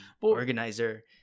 organizer